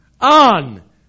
on